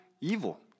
evil